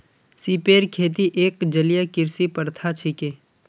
सिपेर खेती एक जलीय कृषि प्रथा छिके